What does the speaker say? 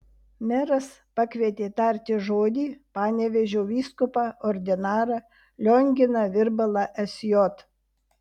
meras pakvietė tarti žodį panevėžio vyskupą ordinarą lionginą virbalą sj